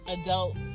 adult